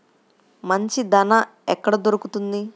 మంచి దాణా ఎక్కడ దొరుకుతుంది?